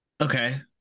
Okay